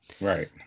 Right